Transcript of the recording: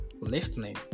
listening